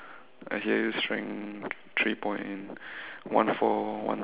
I hear you strength three point one four one